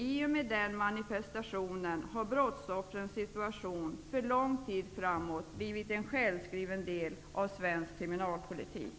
I och med den manifestationen har brottsoffrens situation för lång tid framåt blivit en självskriven del av svensk kriminalpolitik.